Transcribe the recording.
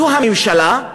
זו הממשלה,